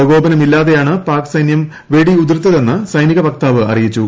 പ്രകോപനമില്ലാതെയാണ് പാക് സൈന്യം വെടിയുതിർത്തതെന്ന് സൈനിക വക്താവ് അറിയിച്ചു